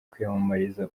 kwiyamamariza